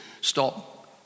stop